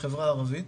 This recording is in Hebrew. בחברה הערבית.